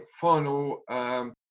final